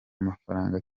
amafaranga